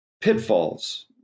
pitfalls